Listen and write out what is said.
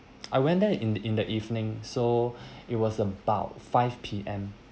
I went there in the in the evening so it was about five P_M